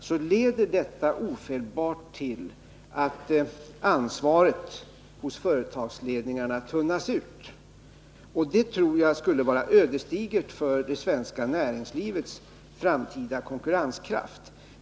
så leder detta ofelbart till att ansvaret hos företagsledningarna tunnas ut, och det tror jag skulle vara ödesdigert för det svenska näringslivets framtida konkurrenskraft.